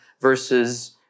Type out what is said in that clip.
versus